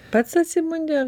pats atsibundi